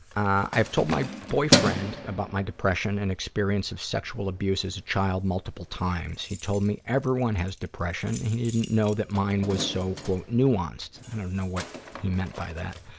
i told my boyfriend about my depression and experience of sexual abuse as a child multiple times. he told me everyone has depression and he didn't know mine was so nuanced. i don't know what he meant by that.